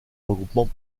regroupement